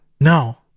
no